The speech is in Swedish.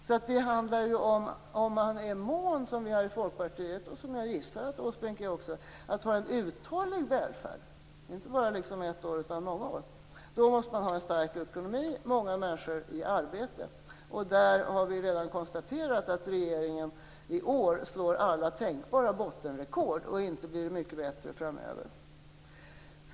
Om man är mån om, som vi är i Folkpartiet och som jag gissar att Åsbrink också är, att ha en uthållig välfärd, inte bara ett år utan många år, måste man ha en stark ekonomi, många människor i arbete. Där har vi redan konstaterat att regeringen slår alla tänkbara bottenrekord, och inte blir det mycket bättre framöver.